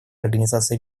организация